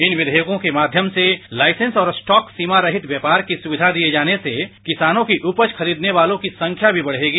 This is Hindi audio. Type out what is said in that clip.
इन विधेयकों के माध्यम से लाइसेंस और स्टॉक सीमा रहित व्यापार की सुविधा दिए जाने से किसानों की उपज खरीदने वालों की संख्या भी बढेगी